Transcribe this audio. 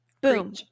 Boom